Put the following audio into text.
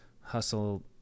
hustle